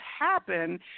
happen